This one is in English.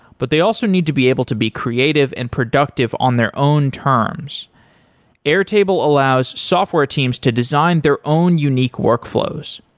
but they also need to be able to be creative and productive on their own terms airtable allows software teams to design their own unique work flows.